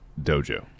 dojo